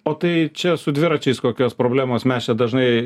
o tai čia su dviračiais kokios problemos mes dažnai